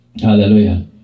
hallelujah